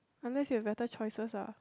unless you have better choices lah